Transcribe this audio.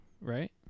Right